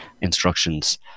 instructions